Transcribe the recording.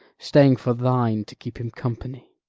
staying for thine to keep him company.